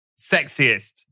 sexiest